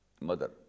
mother